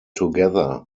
together